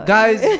Guys